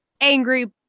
angry